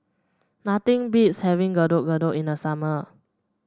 nothing beats having Getuk Getuk in the summer